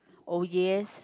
oh yes